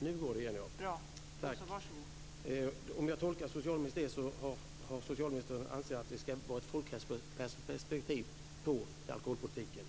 Fru talman! Om jag tolkar socialministern rätt anser han att det ska vara ett folkhälsoperspektiv på alkoholpolitiken.